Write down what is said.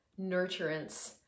nurturance